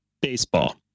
baseball